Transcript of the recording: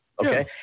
okay